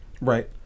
Right